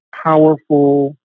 powerful